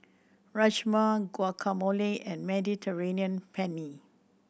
Rajma Guacamole and Mediterranean Penne